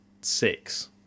six